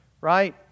right